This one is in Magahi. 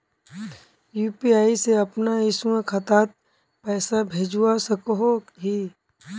यु.पी.आई से अपना स्वयं खातात पैसा भेजवा सकोहो ही?